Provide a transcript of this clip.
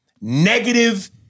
Negative